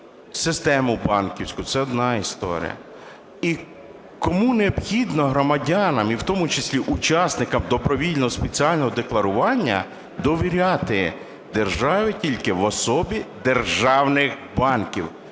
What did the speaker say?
систему банківську, це одна історія. І кому необхідно громадянам, і в тому числі учасникам добровільного спеціального декларування, довіряти державі тільки в особі державних банків.